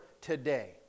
today